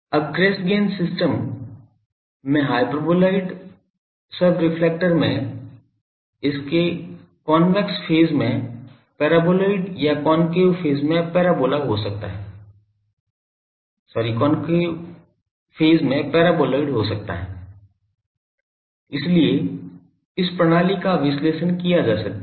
अब Cassegrain system में hyperboloid sub reflector में इसके कॉन्वेक्स फेज में पैराबोलाइड या कॉनकेव फेज में पैराबोलाइड हो सकता है इसलिए इस प्रणाली का विश्लेषण किया जा सकता है